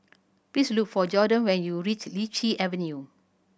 please look for Jorden when you reach Lichi Avenue